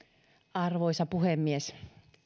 arvoisa puhemies